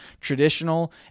traditional